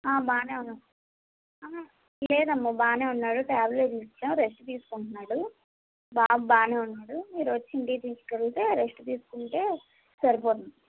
బాగా ఉన్నాడు లేదమ్మా బాగా ఉన్నాడు ట్యాబ్లెట్స్ ఇచ్చాం రెస్ట్ తీసుకుంటున్నాడు బాబు బాగా ఉన్నాడు మీరు వచ్చి ఇంటికి తీసుకు వెళ్తే రెస్ట్ తీసుకుంటే సరిపోతుంది